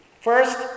first